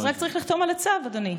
אז רק צריך לחתום על הצו, אדוני.